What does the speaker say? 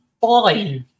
five